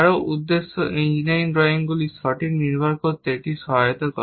আরও উদ্দেশ্য ইঞ্জিনিয়ারিং ড্রয়িংগুলির সঠিক নির্মাণ তৈরি করতে এটা সহায়তা করে